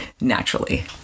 naturally